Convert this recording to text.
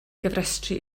gofrestru